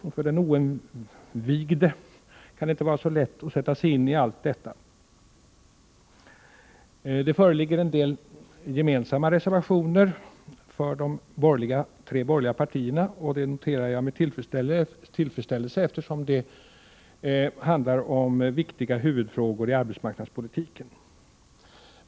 Och för den oinvigde kan det inte vara så lätt att sätta sig in i allt detta. Det föreligger en del gemensamma reservationer från de tre borgerliga partierna. Det noterar jag med tillfredsställelse, eftersom de handlar om viktiga huvudfrågor i arbetsmarknadspolitiken.